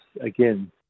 again